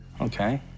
Okay